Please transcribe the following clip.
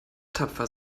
tapfer